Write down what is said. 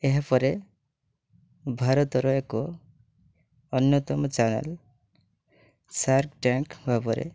ତାହାପରେ ଭାରତର ଏକ ଅନ୍ୟତମ ଚ୍ୟାନେଲ୍ ଶାର୍କ୍ଟ୍ୟାଙ୍କ୍ ଭାବରେ